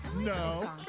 no